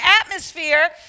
atmosphere